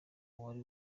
wari